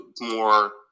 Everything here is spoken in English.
more